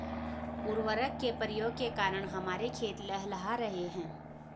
उर्वरक के प्रयोग के कारण हमारे खेत लहलहा रहे हैं